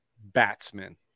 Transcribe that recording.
Batsman